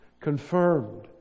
confirmed